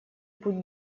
путь